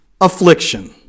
affliction